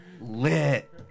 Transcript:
Lit